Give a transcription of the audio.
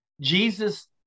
jesus